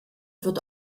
wird